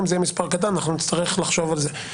אם זה יהיה מספר קטן, נצטרך לחשוב על זה.